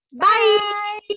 Bye